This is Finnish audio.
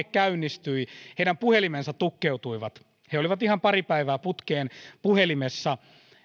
käynnistyi heidän puhelimensa tukkeutuivat he olivat ihan pari päivää putkeen puhelimessa